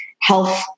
health